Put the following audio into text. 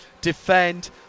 defend